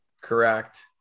correct